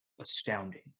astounding